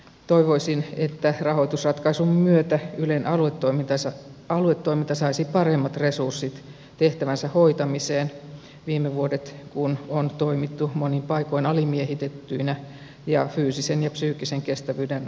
toivoisin että rahoitusratkaisun myötä ylen aluetoiminta saisi paremmat resurssit tehtävänsä hoitamiseen viime vuodet kun on toimittu monin paikoin alimiehitettyinä ja fyysisen ja psyykkisen kestävyyden rajamailla